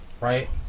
right